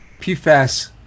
PFAS